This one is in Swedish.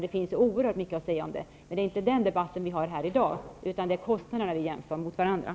Det finns oerhört mycket att säga om det, men det är inte den debatten vi för i dag, utan nu jämför vi kostnaderna.